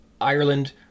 Ireland